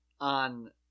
on